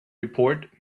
report